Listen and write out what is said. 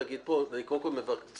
מה שאני מבקש,